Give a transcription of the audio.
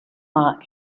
like